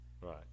Right